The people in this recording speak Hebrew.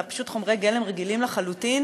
אלא פשוט חומרי גלם רגילים לחלוטין,